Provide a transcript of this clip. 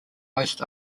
most